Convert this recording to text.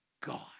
God